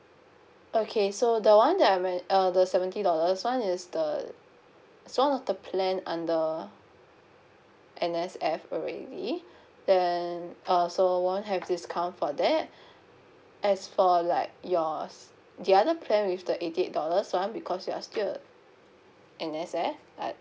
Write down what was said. okay so the one that I men~ uh the seventy dollars one is the is one of the plan under N_S_F already then uh so won't have discount for that as for like yours the other plan with the eighty eight dollars one because we are still uh N_S_F